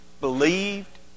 believed